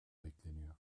bekleniyor